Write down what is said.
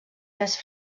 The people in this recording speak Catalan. tres